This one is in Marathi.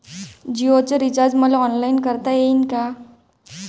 जीओच रिचार्ज मले ऑनलाईन करता येईन का?